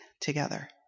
together